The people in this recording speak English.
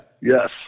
Yes